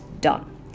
done